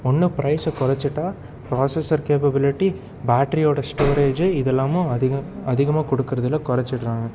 ஒன்று ப்ரைஸை குறச்சிட்டா ப்ராசஸர் கேப்பபிளிட்டி பேட்ரியோடய ஸ்டோரேஜு இதெல்லாமும் அதிகம் அதிகமாக கொடுக்குறதில்ல குறச்சிட்றாங்க